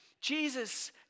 Jesus